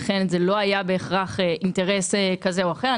לכן זה לא היה בהכרח אינטרס כזה או אחר.